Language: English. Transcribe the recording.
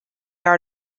are